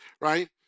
right